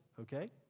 Okay